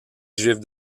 juifs